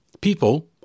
People